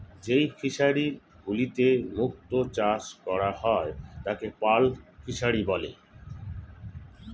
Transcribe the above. যেই ফিশারি গুলিতে মুক্ত চাষ করা হয় তাকে পার্ল ফিসারী বলে